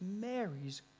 Mary's